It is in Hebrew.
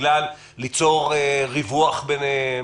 על ידי יצירת רווח ביניהם